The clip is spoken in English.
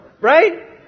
right